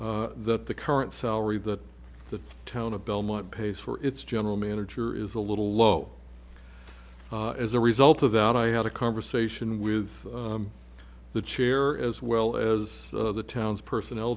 that the current salary that the town of belmont pays for its general manager is a little low as a result of that i had a conversation with the chair as well as the town's personnel